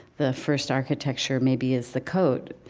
the first architecture maybe is the coat.